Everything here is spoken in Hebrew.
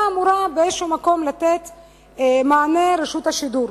אמורה באיזה מקום לתת להן מענה רשות השידור.